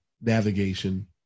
navigation